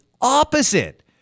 opposite